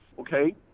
Okay